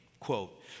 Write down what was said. Quote